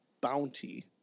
bounty